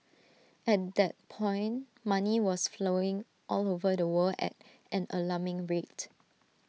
at that point money was flowing all over the world at an alarming rate